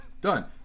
done